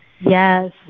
Yes